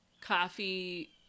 coffee